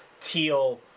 teal